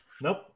Nope